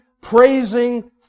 praising